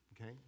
okay